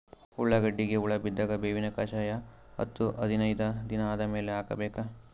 ಉಳ್ಳಾಗಡ್ಡಿಗೆ ಹುಳ ಬಿದ್ದಾಗ ಬೇವಿನ ಕಷಾಯ ಹತ್ತು ಹದಿನೈದ ದಿನ ಆದಮೇಲೆ ಹಾಕಬೇಕ?